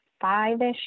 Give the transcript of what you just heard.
five-ish